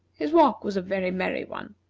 his walk was a very merry one.